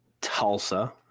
Tulsa